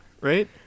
right